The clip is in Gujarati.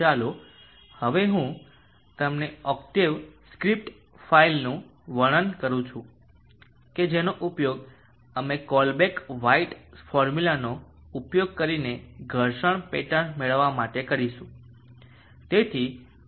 ચાલો હવે હું તમને ઓક્ટેવ સ્ક્રિપ્ટ ફાઇલનું વર્ણન કરું કે જેનો ઉપયોગ અમે કોલબ્રુક વ્હાઇટ ફોર્મ્યુલાનો ઉપયોગ કરીને ઘર્ષણ પેટર્ન મેળવવા માટે કરીશું